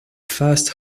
first